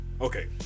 Okay